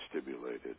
stimulated